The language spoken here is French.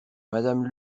madame